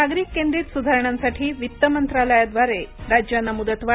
नागरिक केंद्रित सुधारणांसाठी वित्त मंत्रालयाद्वारे राज्यांना मुदतवाढ